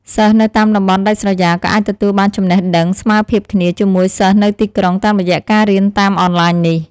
សិស្សនៅតាមតំបន់ដាច់ស្រយាលក៏អាចទទួលបានចំណេះដឹងស្មើភាពគ្នាជាមួយសិស្សនៅទីក្រុងតាមរយៈការរៀនតាមអនឡាញនេះ។